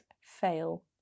fail